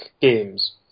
games